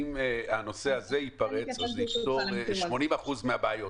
אם הנושא הזה ייפרץ, זה יפתור 80% מהבעיות.